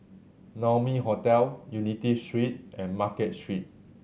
Naumi Hotel Unity Street and Market Street